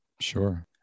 Sure